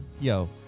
Yo